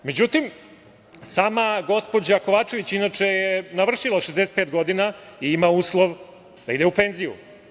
Sama gospođa Kovačević, inače je navršila 65 godina i ima uslov da ide u penziju.